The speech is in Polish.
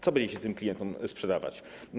Co będziecie tym klientom sprzedawać?